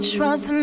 Trust